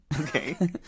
Okay